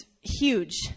huge